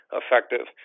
effective